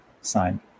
sign